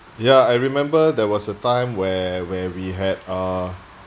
ya I remember there was a time when when we had uh